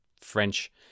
French